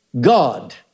God